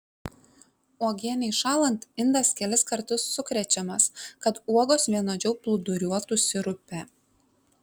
uogienei šąlant indas kelis kartus sukrečiamas kad uogos vienodžiau plūduriuotų sirupe